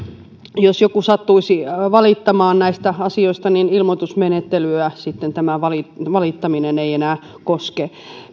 jos joku sattuisi valittamaan näistä asioista niin ilmoitusmenettelyä sitten tämä valittaminen valittaminen ei enää koske